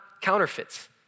counterfeits